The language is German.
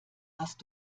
hast